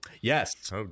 Yes